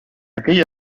aquella